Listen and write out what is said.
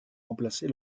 remplacer